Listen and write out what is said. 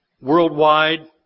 worldwide